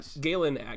Galen